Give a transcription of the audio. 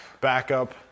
backup